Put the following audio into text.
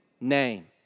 name